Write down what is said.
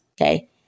okay